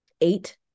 eight